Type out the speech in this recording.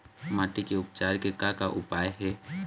माटी के उपचार के का का उपाय हे?